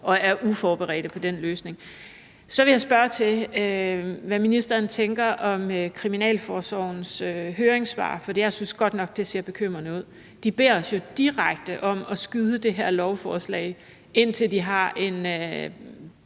og er uforberedte på, hvordan det skal løses. Så vil jeg spørge, hvad ministeren tænker om Kriminalforsorgens høringssvar, for jeg synes godt nok, det ser bekymrende ud. De beder os jo direkte om at skyde det her lovforslag, indtil der er en